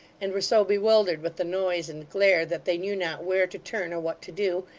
and were so bewildered with the noise and glare that they knew not where to turn or what to do,